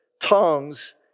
Tongues